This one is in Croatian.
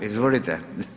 Izvolite.